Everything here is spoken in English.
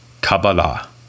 Kabbalah